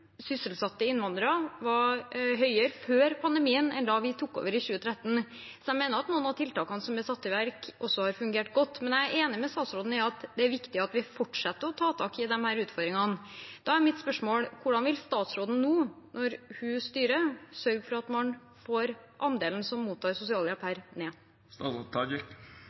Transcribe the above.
sysselsatte innvandrere var høyere før pandemien enn da vi tok over i 2013. Så jeg mener at noen av tiltakene som er satt i verk, har fungert godt. Jeg er enig med statsråden i at det er viktig at vi fortsetter å ta tak i disse utfordringene. Da er mitt spørsmål: Hvordan vil statsråden nå, når hun styrer, sørge for at man får andelen som mottar sosialhjelp,